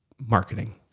marketing